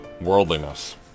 worldliness